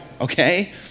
okay